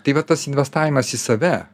tai vat tas investavimas į save